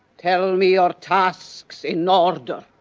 tell me your tasks, in order.